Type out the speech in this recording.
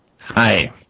Hi